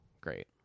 great